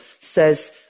says